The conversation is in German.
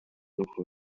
noch